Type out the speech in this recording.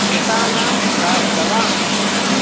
मृतानां गा गवाम्